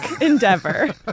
endeavor